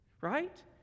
Right